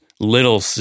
little